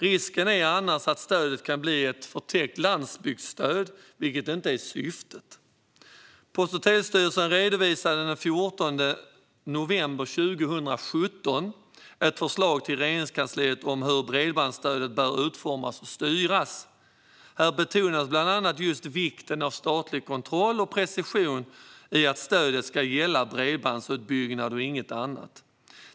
Risken är annars att stödet blir ett förtäckt landsbygdsstöd, vilket inte är syftet. Post och telestyrelsen redovisade den 14 november 2017 ett förslag till Regeringskansliet om hur bredbandsstödet bör utformas och styras. Där betonades bland annat just vikten av statlig kontroll och precision i fråga om att stödet ska gälla bredbandsutbyggnad och inget annat.